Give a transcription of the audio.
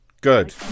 Good